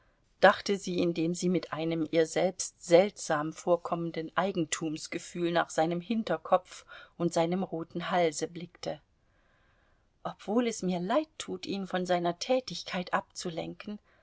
dachte sie indem sie mit einem ihr selbst seltsam vorkommenden eigentumsgefühl nach seinem hinterkopf und seinem roten halse blickte obwohl es mir leid tut ihn von seiner tätigkeit abzulenken